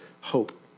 hope